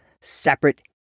separate